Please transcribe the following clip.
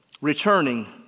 returning